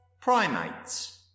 Primates